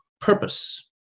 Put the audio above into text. purpose